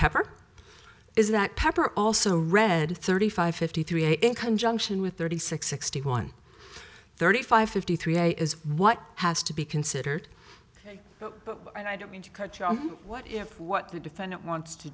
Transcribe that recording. pepper is that pepper also read thirty five fifty three in conjunction with thirty six sixty one thirty five fifty three a is what has to be considered and i don't mean to cut you off what if what the defendant wants to